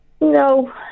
No